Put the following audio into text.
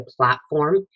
platform